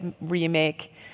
remake